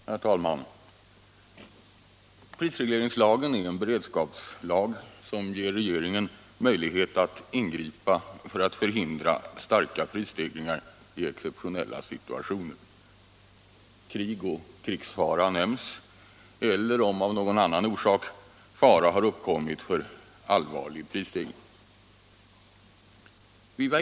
Herr talman! Prisregleringslagen är en beredskapslag som ger regeringen möjlighet att ingripa för att förhindra starka prisstegringar i exceptionella situationer — krig och krigsfara nämns — eller om någon annan fara har uppkommit för allvarlig prisstegring.